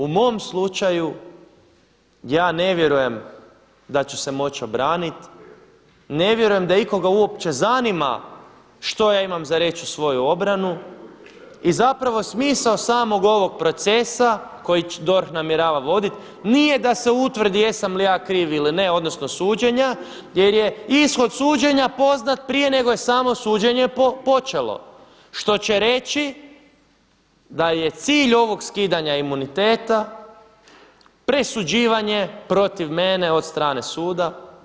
U mom slučaju ja ne vjerujem da ću se moći obraniti, ne vjerujem da ikoga uopće zanima što ja imam za reći u svoju obranu i zapravo smisao samog ovog procesa koji DORH namjerava voditi nije da se utvrdi jesam li ja kriv ili ne, odnosno suđenja jer je ishod suđenja poznat prije nego je samo suđenje počelo što će reći da je cilj ovog skidanja imuniteta presuđivanje protiv mene od strane suda.